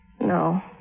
No